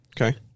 Okay